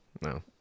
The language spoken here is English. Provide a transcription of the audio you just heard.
no